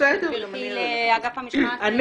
גבירתי לאגף המשמעת בנציבות שירות המדינה.